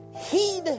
heed